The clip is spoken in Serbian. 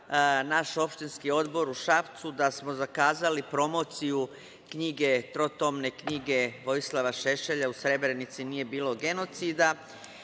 naš opštinski odbor u Šapcu, da smo zakazali promociju knjige, trotomne knjige Vojislava Šešelja „U Srebrenici nije bilo genocida“